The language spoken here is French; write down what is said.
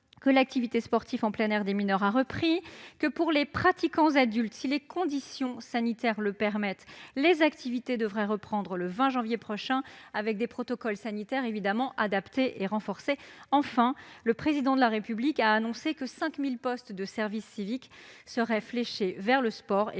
l'activité sportive en plein air des mineurs a repris. Pour les pratiquants adultes, si les conditions sanitaires le permettent, les activités devraient reprendre le 20 janvier prochain, avec des protocoles sanitaires adaptés et renforcés. Enfin, le Président de la République a annoncé que 5 000 postes de service civique seraient fléchés vers le sport